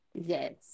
yes